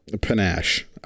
panache